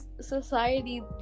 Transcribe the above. society